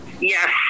Yes